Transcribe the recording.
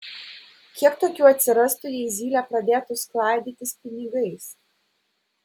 kiek tokių atsirastų jei zylė pradėtų sklaidytis pinigais